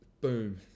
Boom